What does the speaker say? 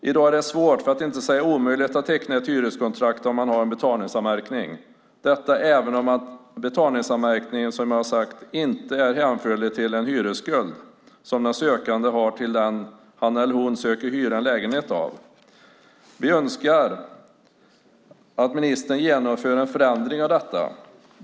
I dag är det svårt, för att inte säga omöjligt, att teckna hyreskontrakt om man har en betalningsanmärkning även om den inte är hänförlig till en hyresskuld som den sökande har hos den som han eller hon söker hyra en lägenhet av. Vi önskar att ministern genomför en förändring av detta.